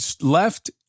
left